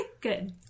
good